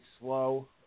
slow